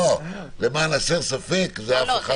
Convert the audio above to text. לא, למען הסר ספק, לזה אף אחד לא התכוון.